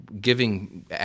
giving